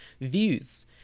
views